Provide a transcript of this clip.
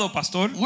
pastor